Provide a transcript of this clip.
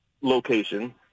location